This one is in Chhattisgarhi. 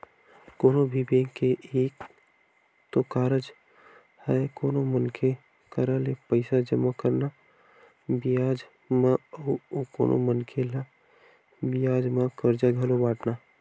कोनो भी बेंक के इहीं तो कारज हरय कोनो मनखे करा ले पइसा जमा करना बियाज म अउ कोनो मनखे ल बियाज म करजा घलो बाटना